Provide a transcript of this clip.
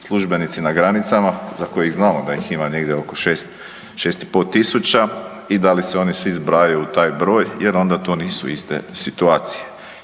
službenici na granicama za koje znamo da ih ima negdje oko 6 i pol tisuća i da li se oni svi zbrajaju u taj broj jer onda to nisu iste situacije.